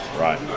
Right